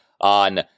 on